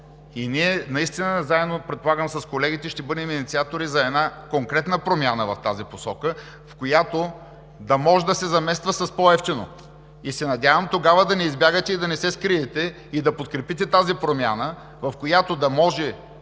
и ние наистина заедно с колегите, предполагам, ще бъдем инициатори за конкретна промяна в тази посока, която да може да се замества с по-евтино. Надявам се тогава да не избягате, да не се скриете и да подкрепите тази промяна, с която да може